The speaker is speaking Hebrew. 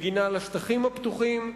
מגינה על השטחים הפתוחים.